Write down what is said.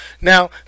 now